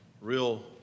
real